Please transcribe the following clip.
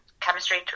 chemistry